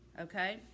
Okay